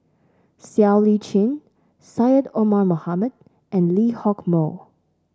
Siow Lee Chin Syed Omar Mohamed and Lee Hock Moh